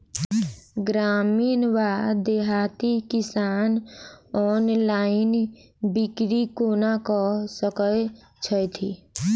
ग्रामीण वा देहाती किसान ऑनलाइन बिक्री कोना कऽ सकै छैथि?